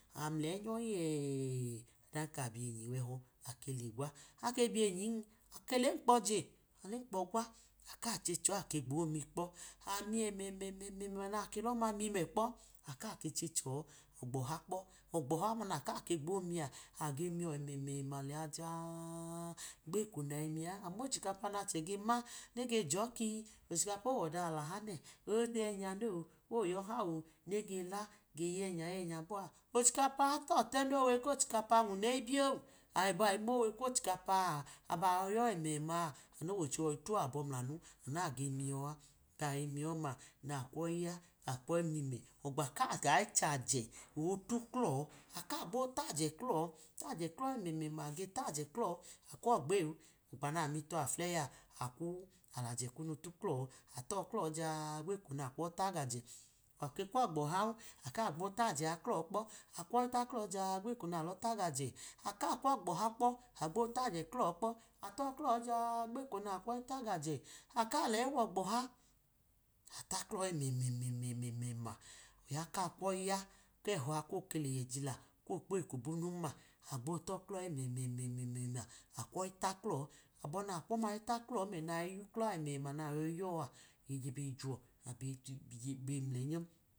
Amleyi nyọ yẹ ọdan ka biyenyi wehọ alengi gwa, ake menyin alemkpọ je alemkpo gwa, ake gbo mi kpo ami ẹmẹmẹma nalọma ni mẹ kpọ ake ka che chọ gba ọha, ọgba ọha ọma na kake mi a abe miyọ ẹmẹmẹma leya ja-a gbeko nayi mi, amochikapa nache ge ma nege dọ kii ochikapa owo̱da alaha nẹ oyẹmya no oyọha o! Nega la genya yenya boa ochikapa itotẹnon, owe kochikapa nwune ibiyon, abayi mowe kochikapa nayi yọ ẹmẹma bọ a, nocho yọyi tọ abọ mlanu anage miyọ, abayi miyọ ọma nakwoyi ya nakwoyi mi mẹ, ogba ka ga chajẹ orukelọ, aka gbo tayẹ klọ, tyẹ klọ ẹmẹmẹma abe taje klo̱, akwogba eyiwu, ọgba na mitọ, atọklo ja-a gbeko na kwoyi tajajẹ, aka kwogba ọhama, ake kwogba ohamu aka gbo tyẹ klo kpọ, akwoyi taklọ ja-a gbeko nalọ tagajẹ, aka kwogba ọhanu kpo, agbo tajẹ klọ kpọ ataklọ ja-a gbeko naji kwoyi ta gajẹ, aka lẹyi wogba ọha, atọklọ ẹmẹma, oya ka kwoyi ya kechọ koke le ye jila, ko kpọ eko bunun-ma, agbo tọklọ ẹmẹmẹma akwoyi taklọ aba na kwọma taklọ nayi yọ yuklọ a emema nayi yọ a, ẹjẹ be jọ abe nleyinyọ.